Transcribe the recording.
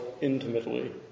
intimately